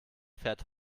fährt